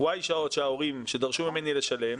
Y שעות שההורים דרשו ממני לשלם.